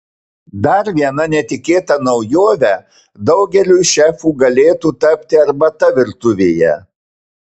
dar viena netikėta naujove daugeliui šefų galėtų tapti arbata virtuvėje